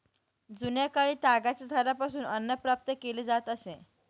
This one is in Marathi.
जुन्याकाळी तागाच्या झाडापासून अन्न प्राप्त केले जात असे